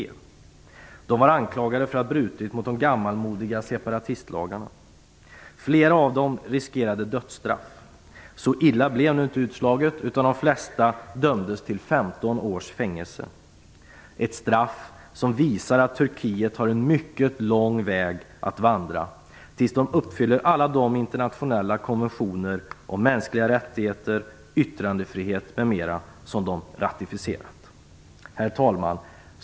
De var anklagade för att ha brutit mot de gammalmodiga separatistlagarna. Flera av dem riskerade dödsstraff. Så illa blev nu inte utslaget, utan de flesta dömdes till 15 års fängelse - ett straff som visar att Turkiet har en mycket lång väg att vandra tills landet uppfyller alla de internationella konventioner om mänskliga rättigheter, yttrandefrihet m.m. som man har ratificerat. Herr talman!